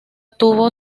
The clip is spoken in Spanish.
tuvo